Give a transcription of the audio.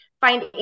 find